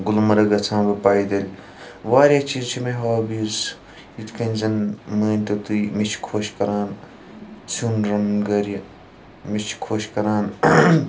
گُلمرٕگ گژھان بہٕ پایدٕلۍ واریاہ چیٖز چھ مےٚ ہابِیٖز یِتھ کنۍ زَن مٲنۍ تو تُہۍ مےٚ چھ خُۄش کران سِیُن رَنُن گَرِ مےٚ چھِ خۄش کران